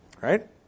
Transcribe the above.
Right